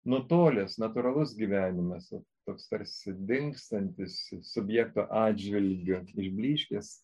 nutolęs natūralus gyvenimas toks tarsi dingstantis subjekto atžvilgiu išblyškęs